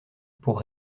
pour